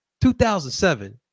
2007